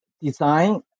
design